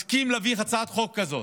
הסכים להביא הצעת חוק כזו